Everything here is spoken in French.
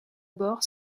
bord